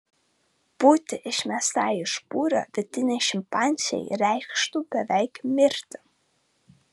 būti išmestai iš būrio vidinei šimpanzei reikštų beveik mirti